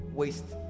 waste